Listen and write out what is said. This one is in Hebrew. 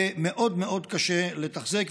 ומאוד מאוד קשה לתחזק,